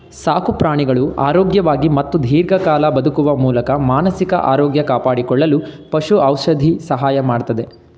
ಸಾಕುಪ್ರಾಣಿಗಳು ಆರೋಗ್ಯವಾಗಿ ಮತ್ತು ದೀರ್ಘಕಾಲ ಬದುಕುವ ಮೂಲಕ ಮಾನಸಿಕ ಆರೋಗ್ಯ ಕಾಪಾಡಿಕೊಳ್ಳಲು ಪಶು ಔಷಧಿ ಸಹಾಯ ಮಾಡ್ತದೆ